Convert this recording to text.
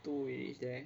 two is there